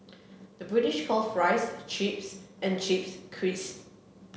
the British call fries chips and chips crisps